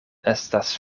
estas